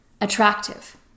attractive